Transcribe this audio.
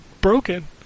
broken